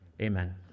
amen